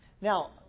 Now